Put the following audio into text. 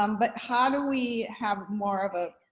um but how do we have more of a,